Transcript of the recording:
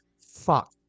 fuck